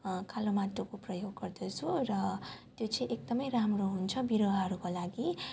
कालो माटोको प्रयोग गर्दछु र त्यो चाहिँ एकदमै राम्रो हुन्छ बिरुवाहरूको लागि